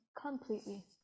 completely